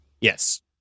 Yes